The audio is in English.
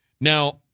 Now